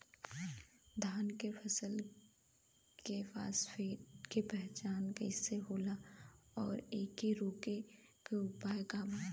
धान के फसल के फारेस्ट के पहचान कइसे होला और एके रोके के उपाय का बा?